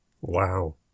Wow